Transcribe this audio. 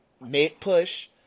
mid-push